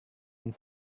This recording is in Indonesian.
yang